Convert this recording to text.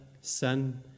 Son